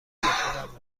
خودم